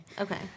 Okay